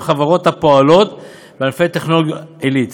חברות הפועלות בענפי הטכנולוגיה העילית,